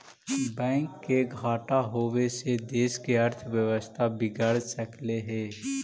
bank के घाटा होबे से देश के अर्थव्यवस्था बिगड़ सकलई हे